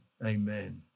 Amen